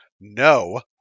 no